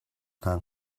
hna